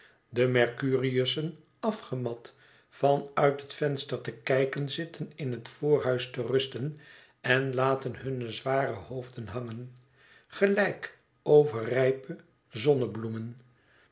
de mercurius'en afgemat van uit het venster te kijken zitten in het voorhuis te rusten en laten hunne zware hoofden hangen gelijk overrijpe zonnebloemen